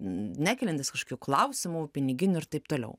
nekeliantis kažkokių klausimų piniginių ir taip toliau